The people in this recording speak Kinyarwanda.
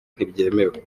ntibyemewe